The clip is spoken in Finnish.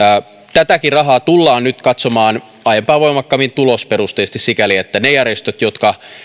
tätäkin rahaa tullaan nyt katsomaan aiempaa voimakkaammin tulosperusteisesti sikäli että ne järjestöt jotka